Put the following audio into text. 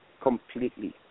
completely